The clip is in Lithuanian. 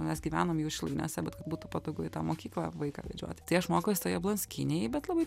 mes gyvenom jau šilainiuose būtų patogu į tą mokyklą vaiką vedžioti tai aš mokiausi toj jablonskynėj bet labai